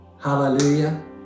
Hallelujah